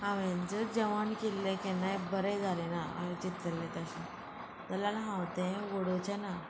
हांवेन जर जेवण केल्ले केन्नाय बरें जालें ना हांवें चित्तल्ले तशें जाल्यार हांव तें व्हडोवचें ना